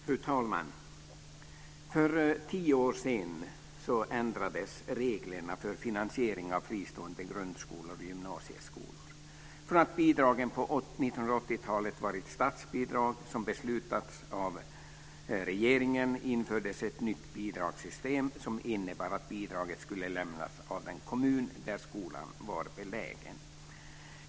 Fru talman! För tio år sedan ändrades reglerna för finansiering av fristående grundskolor och gymnasieskolor. Bidragen var på 1980-talet statsbidrag som beslutades av regeringen. Det infördes ett nytt bidragssystem som innebar att bidraget skulle lämnas av den kommun där skolan var belägen.